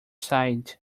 side